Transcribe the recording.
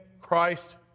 Christ